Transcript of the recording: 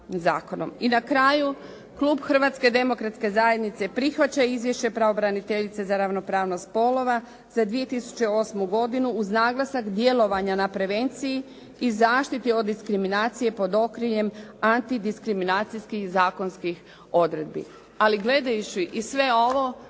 I na kraju, klub Hrvatske demokratske zajednice prihvaća izvješće pravobraniteljice za ravnopravnost spolova za 2008. godinu uz naglasak djelovanja na prevenciji i zaštiti od diskriminacije pod okriljem antidiskriminacijskih zakonskih odredbi. Ali gledajući i sve ovo